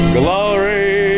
glory